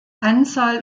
anzahl